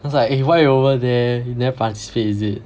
I was like eh why you over there you never participate is it